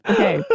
Okay